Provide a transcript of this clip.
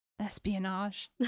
espionage